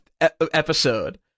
episode